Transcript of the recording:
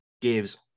gives